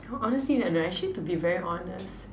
honestly no no actually to be very honest